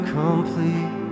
complete